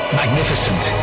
magnificent